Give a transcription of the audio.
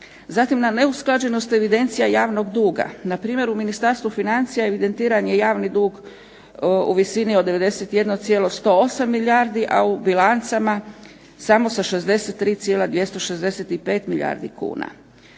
Zatim na neusklađenost evidencija javnog duga. Npr. u Ministarstvu financija evidentiran je javni dug u visini od 91,108 milijardi, a u bilancama samo sa 63,265 milijardi kuna.